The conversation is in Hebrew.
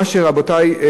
רבותי,